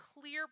clear